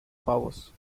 powers